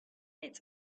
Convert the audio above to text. its